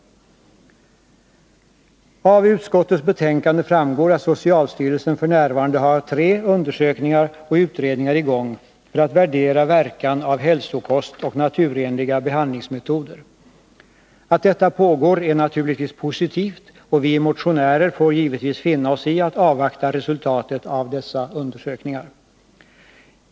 Av utskottets betänkande framgår att socialstyrelsen f.n. har tre undersökningar och utredningar i gång för att värdera verkan av hälsokost och naturenliga behandlingsmetoder. Att detta pågår är naturligtvis positivt, och vi motionärer får givetvis finna oss i att avvakta resultatet av dessa undersökningar.